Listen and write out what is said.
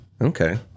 Okay